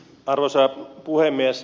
arvoisa puhemies